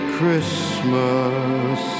Christmas